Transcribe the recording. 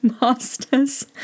masters